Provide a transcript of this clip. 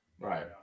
Right